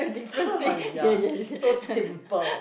!aiya! so simple